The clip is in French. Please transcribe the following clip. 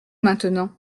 maintenant